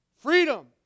freedom